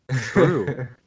True